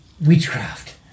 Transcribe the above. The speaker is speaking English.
witchcraft